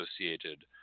associated